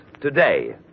today